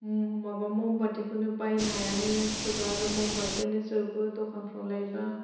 माबा मम बाथिखौनो बायनो हायानो सोरबा आरो मम बाथियानो जोबो दखानफ्राव लायबा